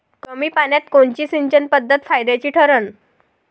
कमी पान्यात कोनची सिंचन पद्धत फायद्याची ठरन?